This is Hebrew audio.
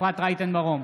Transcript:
אפרת רייטן מרום,